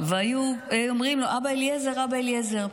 והיו אומרים לו: אבא אליעזר, אבא אליעזר.